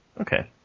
Okay